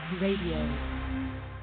Radio